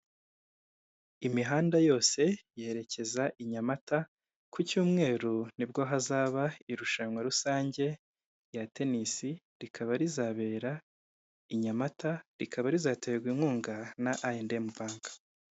Imihanda yose yerekeza i Nyamata, ku cyumweru nibwo hazaba irushanwa rusange rya tenisi, rikaba rizabera i Nyamata, rikaba rizaterwa inkunga na ayi andi emu banki.